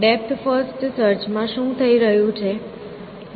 depth first search માં શું થઈ રહ્યું છે